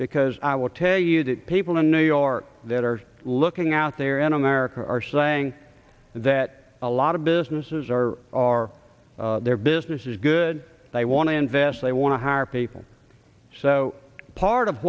because i will tell you that people in new york that are looking out there in america are saying that a lot of businesses are or their business is good they want to invest they want to hire people so part of